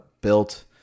built